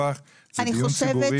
אני לא בוויכוח, זה דיון ציבורי.